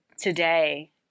today